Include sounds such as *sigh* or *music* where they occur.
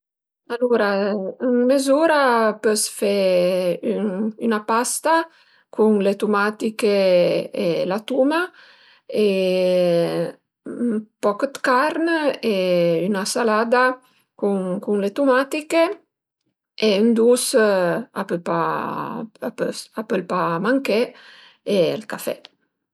Alura ën mez'ura pös fe üna pasta cun le tumatiche e la tuma *hesitation* ün poch d'carn *hesitation* e 'na salada cun cun le tumatiche e ün dus a pö pa pös a pöl pa manché e ël café